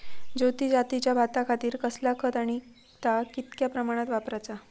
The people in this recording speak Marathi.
ज्योती जातीच्या भाताखातीर कसला खत आणि ता कितक्या प्रमाणात वापराचा?